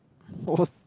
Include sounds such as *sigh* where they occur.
horse *laughs*